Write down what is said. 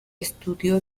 estudió